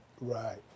Right